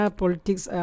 politics